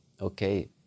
Okay